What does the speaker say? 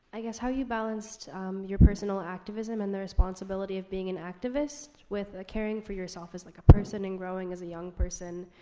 ah guess how you balanced your personal activism and the responsibility of being an activist with caring for yourself as like a person, and growing as a young person,